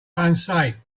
unsafe